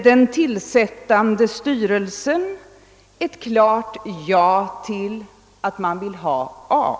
Den tillsättande styrelsen uttalar klart att den vill ha A.